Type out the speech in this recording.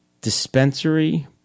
dispensary